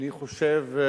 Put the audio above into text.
אני חושב,